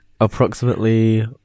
Approximately